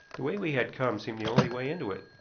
the way we had come seemed the only way into it.